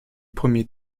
premier